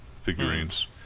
figurines